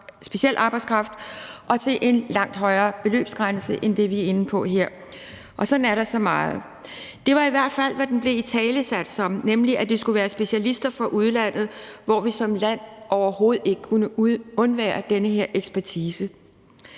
og til en langt højere beløbsgrænse end det, vi er inde på her. Sådan er der så meget. Det var i hvert fald, hvad den blev italesat som, nemlig at det skulle være specialister fra udlandet, når vi som land overhovedet ikke kunne undvære den her ekspertise.